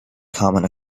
common